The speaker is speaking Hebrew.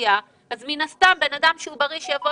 לאוכלוסייה ואז מן הסתם הסיכוי שבן אדם בריא שיבוא